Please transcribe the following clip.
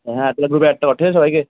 হ্যাঁ তাহলে গ্রুপে অ্যাডটা কর ঠিক আছে সবাইকে